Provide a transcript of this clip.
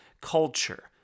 culture